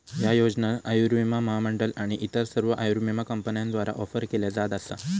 ह्या योजना आयुर्विमा महामंडळ आणि इतर सर्व आयुर्विमा कंपन्यांद्वारा ऑफर केल्या जात असा